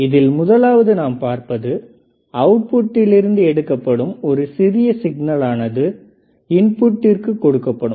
இதில் முதலாவது நாம் பார்ப்பது அவுட்புட்டில் இருந்து எடுக்கப்படும் ஒரு சிறிய சிக்னல் ஆனது இன்புட்டிற்கு கொடுக்கப்படும்